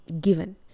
given